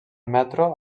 metro